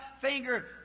finger